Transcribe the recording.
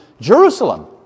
Jerusalem